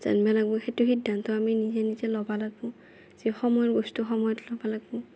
জানিব লাগিব সেইটো সিদ্ধান্ত আমি নিজে নিজে ল'ব লাগিব যে সময়ৰ বস্তু সময়ত ল'ব লাগিব